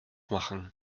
machen